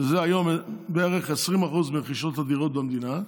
שזה היום בערך 20% מרכישות הדירות במדינה,